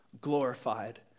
glorified